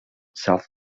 self